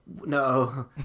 No